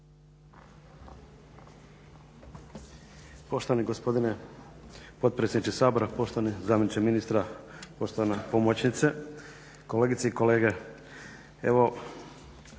Poštovani gospodine potpredsjedniče Sabora, poštovani zamjeniče ministra, poštovana pomoćnice, kolegice i kolege. Evo